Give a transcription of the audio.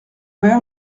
vert